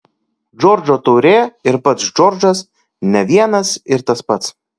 džordžo taurė ir pats džordžas ne vienas ir tas pats